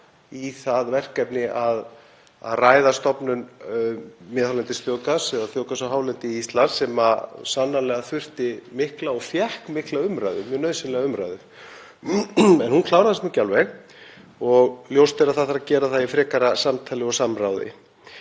í það verkefni að ræða stofnun miðhálendisþjóðgarðs eða þjóðgarðs á hálendi Íslands sem sannarlega þurfti mikla og fékk mikla umræðu, mjög nauðsynlega umræðu, en hún kláraðist ekki alveg og ljóst að það þarf að gera það í frekara samtali og samráði.